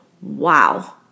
wow